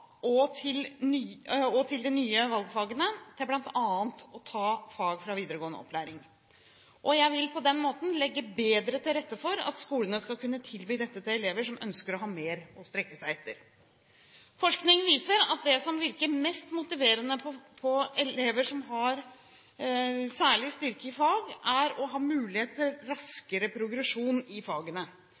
og samfunnsfag på videregående opplæringsnivå. Dette ble også særlig fremhevet i ungdomstrinnsmeldingen. Der påpekte vi at elever som ønsker å få større utfordringer i fag, skal kunne bruke den tiden som er satt av til de nye valgfagene, til bl.a. å ta fag fra videregående opplæring. Jeg vil på den måten legge bedre til rette for at skolene skal kunne tilby dette til elever som ønsker å ha mer å strekke seg etter. Forskning viser at det som